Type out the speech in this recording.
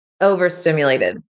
overstimulated